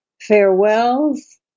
farewells